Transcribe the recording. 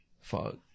Fuck